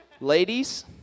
Ladies